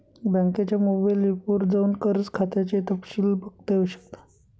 बँकेच्या mobile app वर जाऊन कर्ज खात्याचे तपशिल बघता येऊ शकतात